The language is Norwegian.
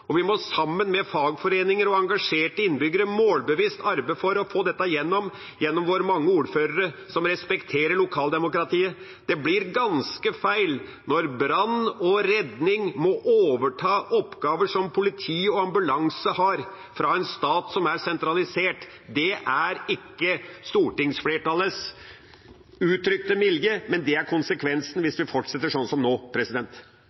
Sammen med fagforeninger og engasjerte innbyggere må vi målbevisst arbeide for å få dette gjennom, gjennom våre mange ordførere som respekterer lokaldemokratiet. Det blir ganske feil når brann og redning må overta oppgaver som politi og ambulanse har, fra en stat som er sentralisert. Det er ikke stortingsflertallets uttrykte vilje, men det er konsekvensen hvis vi fortsetter sånn som nå.